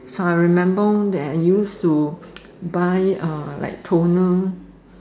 so I remember that I used to buy uh like toner